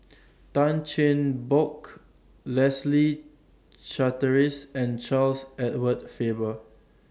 Tan Cheng Bock Leslie Charteris and Charles Edward Faber